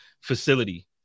facility